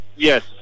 Yes